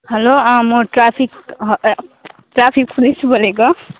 hello म traffic traffic police बोलेको